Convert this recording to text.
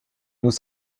nous